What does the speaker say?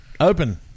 Open